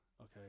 Okay